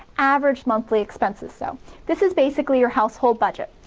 average monthly expenses, so this is basically your household budget.